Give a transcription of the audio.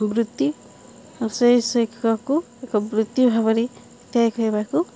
ବୃତ୍ତି ଆଉ ସେହି କୁ ଏକ ବୃତ୍ତି ଭାବରେ ତେୟାର କରିବାକୁ